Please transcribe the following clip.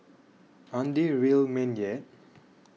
aren't they real men yet